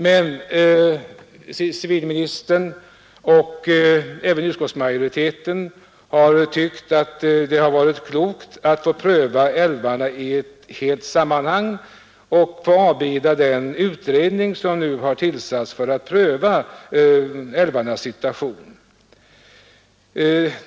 Men civilministern och även utskottsmajoriteten har ansett att det är klokt att pröva frågan om utbyggnad av älvarna i ett sammanhang och att alltså avvakta den utredning som nu tillsatts för att pröva älvarnas situation.